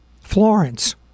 Florence